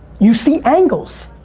you see angles,